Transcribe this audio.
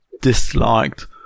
disliked